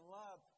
love